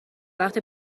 وقتی